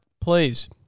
please